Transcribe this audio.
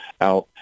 out